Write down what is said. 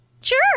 Sure